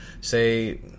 say